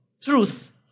truth